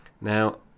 Now